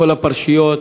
כל הפרשיות,